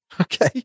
Okay